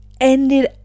ended